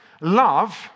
Love